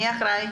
מי אחראי?